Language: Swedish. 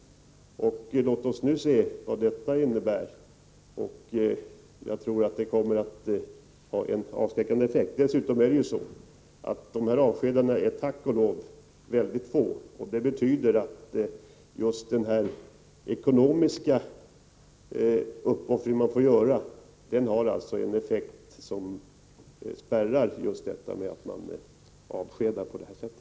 Låt oss nu se vad detta innebär — jag tror att det kommer att ha en avskräckande effekt. Dessutom är tack och lov dessa avskedanden väldigt få, och det betyder väl att just den ekonomiska uppoffring man får göra har en effekt som spärr mot att man avskedar på det här sättet.